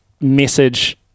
message